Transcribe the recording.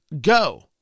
go